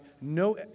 no